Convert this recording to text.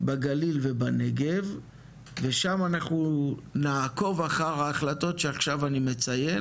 בגליל ובנגב ושם אנחנו נעקוב אחר ההחלטות שעכשיו אני מציין,